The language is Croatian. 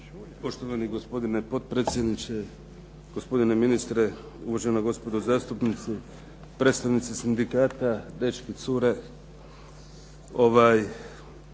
Poštovani gospodine potpredsjedniče. Gospodine ministre, uvažena gospodo zastupnici, predstavnici sindikata, dečki, cure.